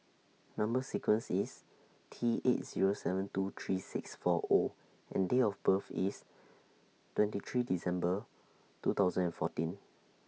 Number sequence IS T eight Zero seven two three six four O and Date of birth IS twenty three December two thousand and fourteen